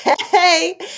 Hey